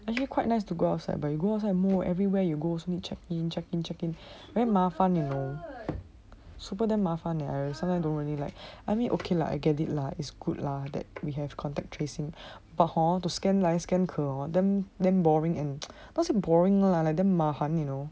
actually quite nice to go outside but you know everywhere you go also need to check in check in check in very 麻烦 you know super damn 麻烦 I sometime don't really like I mean okay lah I get it lah is good lah that we have contact tracing but hor to scan 来 scan 可 hor damn boring and not say boring lah but damn 麻烦 you know